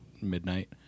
midnight